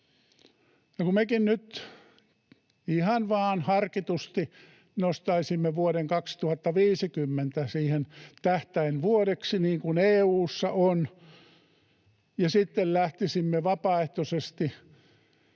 kun mekin nyt ihan vain harkitusti nostaisimme vuoden 2050 siihen tähtäinvuodeksi, niin kuin EU:ssa on, ja sitten lähtisimme vapaaehtoisesti